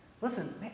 listen